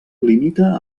limita